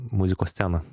muzikos sceną